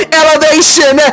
elevation